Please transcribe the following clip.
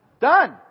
done